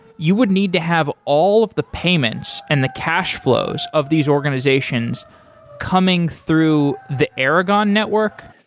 you would need to have all of the payments and the cash flows of these organizations coming through the aragon network?